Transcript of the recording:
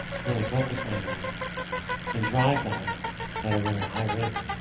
to really focus on that and drive that at a really high rate?